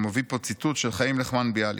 הוא מביא פה ציטוט של חיים נחמן ביאליק: